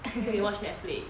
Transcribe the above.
then we watch netflix